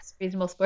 Reasonable